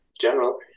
general